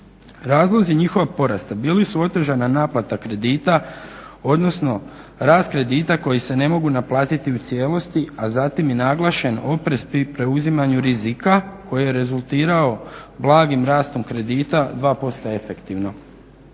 Razlozi njihova porasta bili su održana naplata kredita odnosno rast kredita koji se ne mogu naplatiti u cijelosti, a zatim i naglašen oprez pri preuzimanju rizika koji je rezultirao blagim rastom kredita 2% efektivno